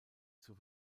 zur